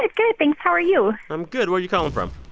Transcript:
good, good thanks. how are you? i'm good. where you calling from?